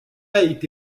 été